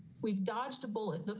we've dodged a bullet.